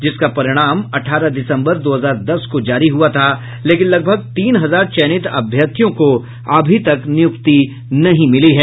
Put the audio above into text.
जिसका परिणाम अठारह दिसम्बर दो हजार दस को जारी हुआ था लेकिन लगभग तीन हजार चयनित अभ्यर्थियों को अभी तक नियुक्ति नहीं मिली है